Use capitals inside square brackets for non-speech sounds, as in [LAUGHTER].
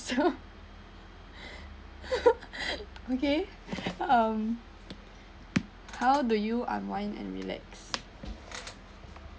~lf so [LAUGHS] okay um how do you unwind and relax